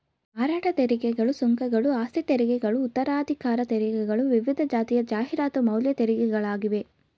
ಮಾರಾಟ ತೆರಿಗೆಗಳು, ಸುಂಕಗಳು, ಆಸ್ತಿತೆರಿಗೆಗಳು ಉತ್ತರಾಧಿಕಾರ ತೆರಿಗೆಗಳು ವಿವಿಧ ರೀತಿಯ ಜಾಹೀರಾತು ಮೌಲ್ಯ ತೆರಿಗೆಗಳಾಗಿವೆ